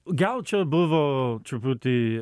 gal čia buvo truputį